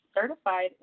certified